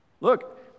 Look